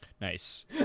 Nice